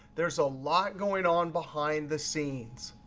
there's a lot going on behind the scenes.